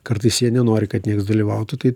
kartais jie nenori kad nieks dalyvautų tai